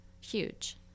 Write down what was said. Huge